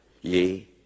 yea